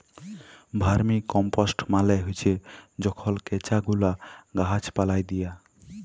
vermicompost মালে হছে যখল কেঁচা গুলা গাহাচ পালায় দিয়া